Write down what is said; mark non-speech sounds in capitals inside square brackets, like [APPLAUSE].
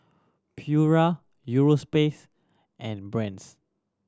Pura [UNINTELLIGIBLE] and Brand's